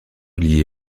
liée